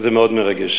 זה מאוד מרגש.